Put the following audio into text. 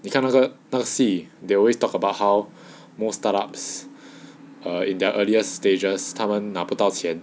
你看那个的戏 they always talk about how most startups are in their earlier stages 他们拿不到钱